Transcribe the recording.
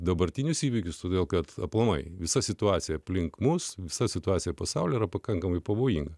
dabartinius įvykius todėl kad aplamai visa situacija aplink mus visa situacija pasaulyje yra pakankamai pavojinga